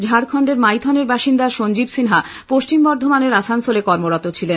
ঝাড়খন্ডের মাইথনের বাসিন্দা সঞ্জীব সিনহা পশ্চিম বর্ধমানের আসানসোলে কর্মরত ছিলেন